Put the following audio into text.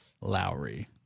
Lowry